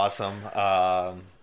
awesome